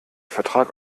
vertrag